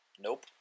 Nope